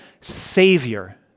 Savior